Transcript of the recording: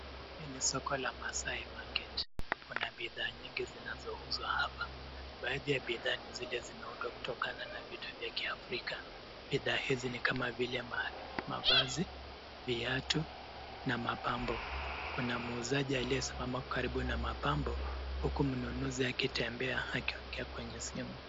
Hili ni soko la Maasai Market . Kuna bidhaa nyingi zinazouzwa hapa. Baadhi ya bidhaa ni zile zimeundwa kutokana na vitu vya Kiafrika. Bidhaa hizi ni kama vile mavazi, viatu na mapambo. Kuna muuzaji aliyesimama karibu na mapambo huku mnunuzi akitembea akiwa kwenye simu.